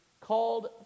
called